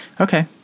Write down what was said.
okay